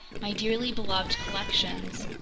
my dearly beloved collections!